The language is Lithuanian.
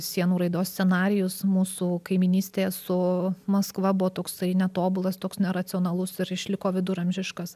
sienų raidos scenarijus mūsų kaimynystėj su maskva buvo toks netobulas toks neracionalus ir išliko viduramžiškas